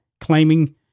claiming